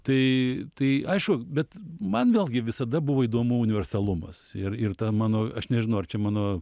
tai tai aišku bet man vėlgi visada buvo įdomu universalumas ir ir ta mano aš nežinau ar čia mano